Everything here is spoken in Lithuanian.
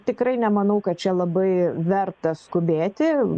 tikrai nemanau kad čia labai verta skubėti